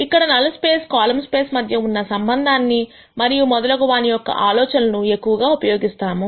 ఇక్కడ null space column space మధ్య ఉన్న సంబంధం మరియు మొదలగు వా ని యొక్క ఈ ఆలోచనలను ఎక్కువగా ఉపయోగిస్తాము